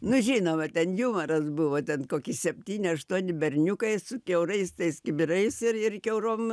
nu žinoma ten jumoras buvo ten koki septyni aštuoni berniukai su kiaurais tais kibirais ir ir kiaurom